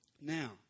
Now